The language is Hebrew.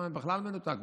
הוא בכלל מנותק,